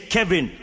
Kevin